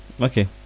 Okay